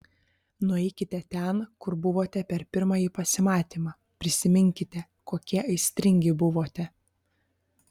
nueikite ten kur buvote per pirmąjį pasimatymą prisiminkite kokie aistringi buvote